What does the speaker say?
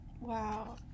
Wow